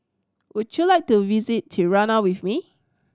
would you like to visit Tirana with me